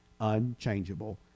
unchangeable